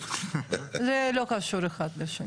זה לא קשור אחד לשני.